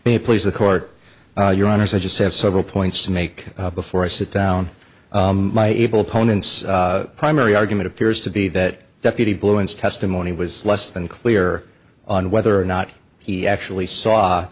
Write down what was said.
you please the court your honors i just have several points to make before i sit down my evil ponens primary argument appears to be that deputy balloons testimony was less than clear on whether or not he actually saw